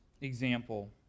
example